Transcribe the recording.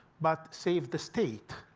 but saved the state.